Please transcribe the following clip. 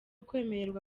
kwemererwa